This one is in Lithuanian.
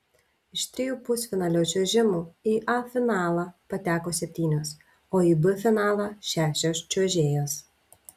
iš trijų pusfinalio čiuožimų į a finalą pateko septynios o į b finalą šešios čiuožėjos